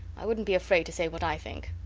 i wouldnt be afraid to say what i think.